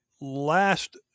Last